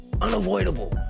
unavoidable